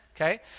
Okay